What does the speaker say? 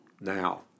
now